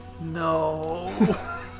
No